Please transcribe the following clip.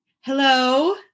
hello